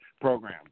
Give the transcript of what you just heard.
program